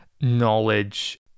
knowledge